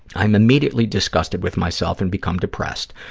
i'm immediately disgusted with myself and become depressed.